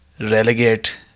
relegate